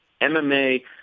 MMA